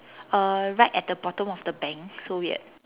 uh right at the bottom of the bank so weird